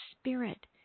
spirit